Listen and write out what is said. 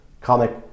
comic